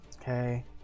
Okay